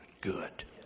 good